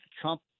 Trump